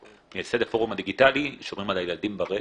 מייסד הפורום הדיגיטלי שומרים על הילדים ברשת.